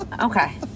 Okay